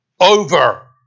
over